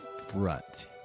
front